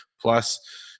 plus